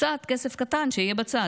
קצת כסף קטן שיהיה בצד.